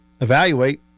evaluate